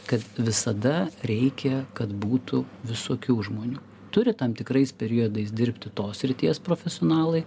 kad visada reikia kad būtų visokių žmonių turi tam tikrais periodais dirbti tos srities profesionalai